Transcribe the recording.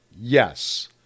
Yes